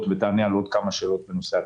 ותענה על עוד כמה שאלות בנושא התקציב.